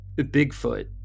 Bigfoot